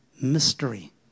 mystery